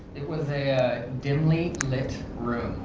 it was a dimly-lit room.